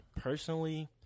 personally